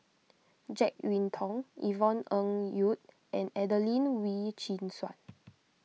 Jek Yeun Thong Yvonne Ng Uhde and Adelene Wee Chin Suan